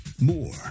more